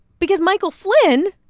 because michael flynn,